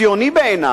ציוני בעיני